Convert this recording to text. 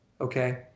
okay